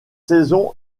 saison